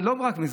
לא רק זה.